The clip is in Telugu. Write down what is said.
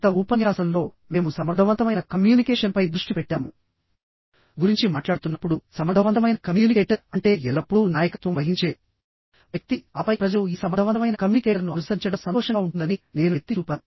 గత ఉపన్యాసంలోమేము సమర్థవంతమైన కమ్యూనికేషన్పై దృష్టి పెట్టాము మరియు సమర్థవంతమైన కమ్యూనికేషన్గురించి మాట్లాడుతున్నప్పుడుసమర్థవంతమైన కమ్యూనికేటర్ అంటే ఎల్లప్పుడూ నాయకత్వం వహించే వ్యక్తిఆపై ప్రజలు ఈ సమర్థవంతమైన కమ్యూనికేటర్ను అనుసరించడం సంతోషంగా ఉంటుందని నేను ఎత్తిచూపాను